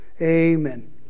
Amen